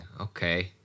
okay